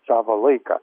savo laiką